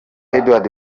eduard